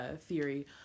theory